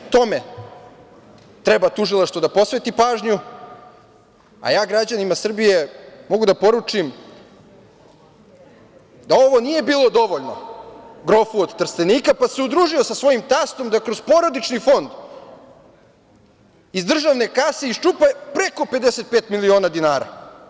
Tome treba Tužilaštvo da posveti pažnju, a ja građanima Srbije mogu da poručim da ovo nije bilo dovoljno grofu od Trstenika pa se udružio sa svojim tastom da kroz porodični fond iz državne kase iščupa preko 55 miliona dinara.